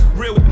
real